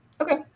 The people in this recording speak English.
Okay